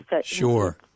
Sure